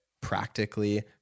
practically